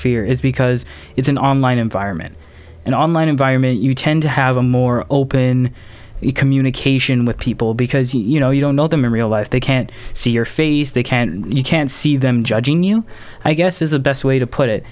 fear is because it's an online environment and online environment you tend to have a more open communication with people because you know you don't know them in real life they can't see your face they can you can see them judging you i guess is a best way to put it